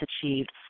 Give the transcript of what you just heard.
achieved